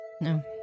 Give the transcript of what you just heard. No